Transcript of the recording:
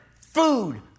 food